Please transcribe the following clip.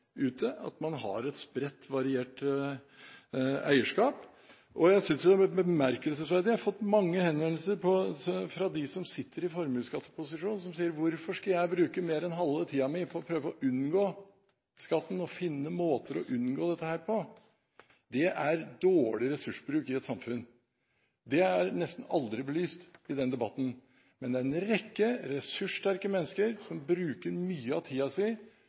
at man har et spredt og variert eierskap. Jeg synes dette er bemerkelsesverdig. Jeg har fått mange henvendelser fra dem som sitter i formuesskatteposisjon, og som spør: Hvorfor skal jeg bruke mer enn halve tiden min på å prøve å unngå skatten og finne måter å unngå dette på? Det er dårlig ressursbruk for et samfunn. Det er nesten aldri belyst i denne debatten. Men det er en rekke ressurssterke mennesker som bruker mye av